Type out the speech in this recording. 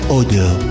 odor